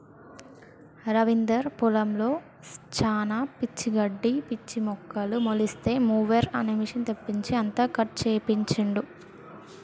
రవీందర్ పొలంలో శానా పిచ్చి గడ్డి పిచ్చి మొక్కలు మొలిస్తే మొవెర్ అనే మెషిన్ తెప్పించి అంతా కట్ చేపించిండు